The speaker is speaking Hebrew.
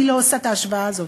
אני לא עושה את ההשוואה הזאת.